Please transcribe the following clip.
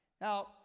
Now